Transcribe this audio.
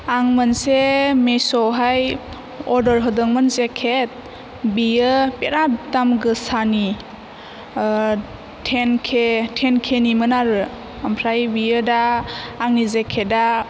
आं मोनसे मिस'आवहाय अर्दार होदोंमोन जेकेट बियो बिराथ दाम गाेसानि थेन के थेन केनिमोन आरो ओमफ्राय बियो दा आंनि जेकेदा